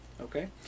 Okay